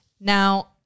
now